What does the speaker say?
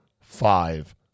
Five